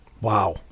Wow